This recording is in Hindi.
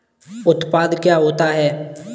उत्पाद क्या होता है?